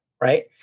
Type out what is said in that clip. right